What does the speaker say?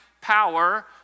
power